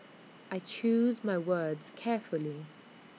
I choose my words carefully